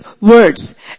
words